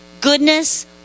Goodness